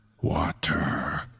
water